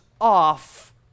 off